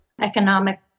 economic